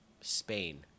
Spain